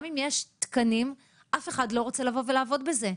גם אם יש תקנים, אף אחד לא רוצה לבוא ולעבוד בזה.